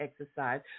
exercise